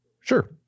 Sure